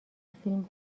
فیلم